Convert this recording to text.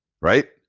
right